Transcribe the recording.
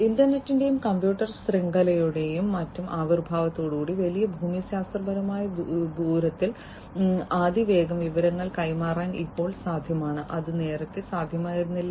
ഇന്റർനെറ്റിന്റെയും computer ശൃംഖലയുടെയും മറ്റും ആവിർഭാവത്തോടെ വലിയ ഭൂമിശാസ്ത്രപരമായ ദൂരത്തിൽ അതിവേഗം വിവരങ്ങൾ കൈമാറാൻ ഇപ്പോൾ സാധ്യമാണ് അത് നേരത്തെ സാധ്യമായിരുന്നില്ല